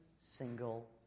single